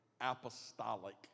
apostolic